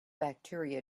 bacteria